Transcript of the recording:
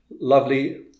lovely